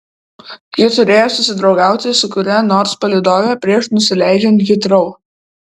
ji turėjo susidraugauti su kuria nors palydove prieš nusileidžiant hitrou